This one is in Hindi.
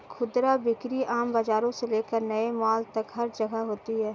खुदरा बिक्री आम बाजारों से लेकर नए मॉल तक हर जगह होती है